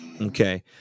Okay